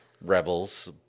rebels